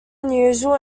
unusual